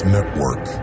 Network